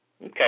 Okay